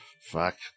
fuck